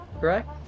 correct